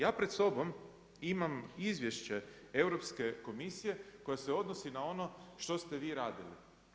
Ja pred sobom imam izvješće Europske komisija koje se odnosi na ovo što ste vi radili.